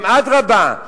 אדרבה,